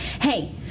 Hey